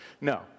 No